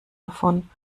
davon